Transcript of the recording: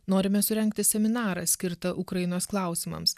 norime surengti seminarą skirtą ukrainos klausimams